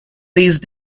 these